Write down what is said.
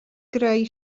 greu